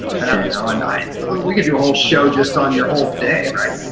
and um you know and i mean we could do a whole show just on your whole day, right,